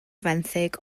fenthyg